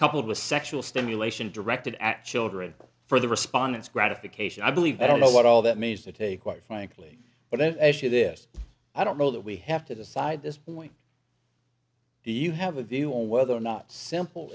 coupled with sexual stimulation directed at children for the respondents gratification i believe i don't know what all that means to take quite frankly i don't see this i don't know that we have to decide this point do you have a view on whether or not simple